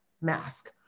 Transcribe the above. Mask